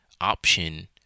option